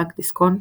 בנק דיסקונט,